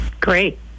Great